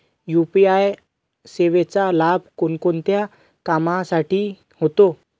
UPI सेवेचा लाभ कोणकोणत्या कामासाठी होतो?